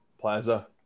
plaza